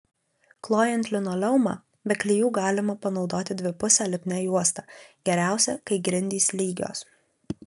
klojant linoleumą be klijų galima panaudoti dvipusę lipnią juostą geriausia kai grindys lygios